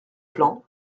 plan